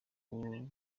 ubwo